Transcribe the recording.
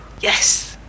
yes